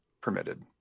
permitted